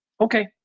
Okay